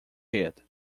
hit